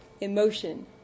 emotion